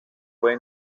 puede